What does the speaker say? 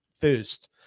first